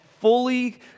fully